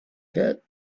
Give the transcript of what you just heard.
pit